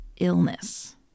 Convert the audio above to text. illness